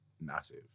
massive